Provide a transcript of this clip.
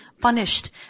punished